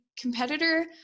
competitor